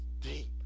deep